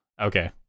okay